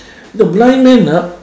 no blind man ah